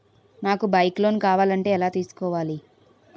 నాకు bike loan కావాలంటే ఎలా తీసుకోవాలి?